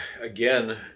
again